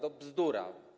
To bzdura.